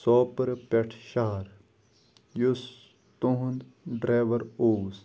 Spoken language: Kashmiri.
سوپرٕ پٮ۪ٹھ شہر یُس تٕہُںٛد ڈرٛیوَر اوس